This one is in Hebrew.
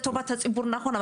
לטובת הציבור נכון,